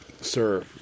Sir